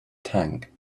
tank